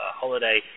holiday